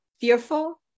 fearful